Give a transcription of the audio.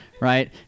right